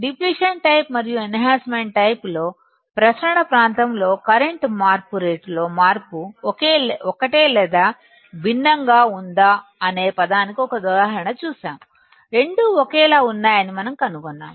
depletion type మరియు enhancement type లో ప్రసరణ ప్రాంతంలో కరెంటు రేటులో మార్పు ఒకేలా లేదా భిన్నంగా ఉందా అనేదానికి ఒక ఉదాహరణ చూశాము రెండూ ఒకేలా ఉన్నాయని మనం కనుగొన్నాము